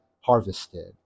harvested